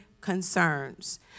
concerns